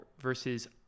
versus